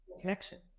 connection